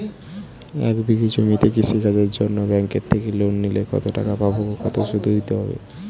এক বিঘে জমিতে কৃষি কাজের জন্য ব্যাঙ্কের থেকে লোন নিলে কত টাকা পাবো ও কত শুধু দিতে হবে?